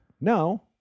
No